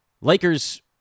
Lakers